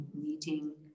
meeting